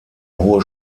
hohe